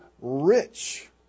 rich